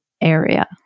area